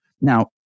Now